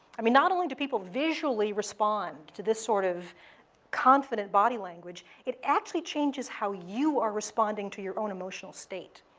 i mean, not only do people visually respond to this sort of confident body language, it actually changes how you are responding to your own emotional state.